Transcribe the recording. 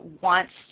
wants